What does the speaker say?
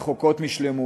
רחוקות משלמות.